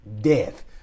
death